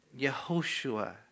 Yehoshua